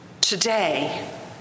Today